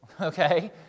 okay